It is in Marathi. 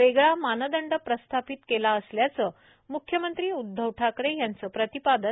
वेगळा मानदंड प्रस्थापित केला असल्याचं मुख्यमंत्री उद्वव ठाकरे यांचं प्रतिपादन